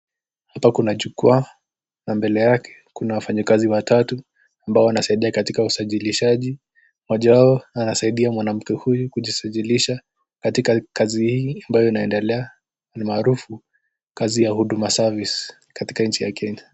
Hapa kuna jukwaa na mbele yake kuna wafanyikazi watatu ambao wanasaidia katika usajilishaji, mmoja wao anasaidia mwanamke huyu kujisajilisha katika kazi hii ambayo inaendelea almaarufu kazi ya huduma service katika nchi ya kenya.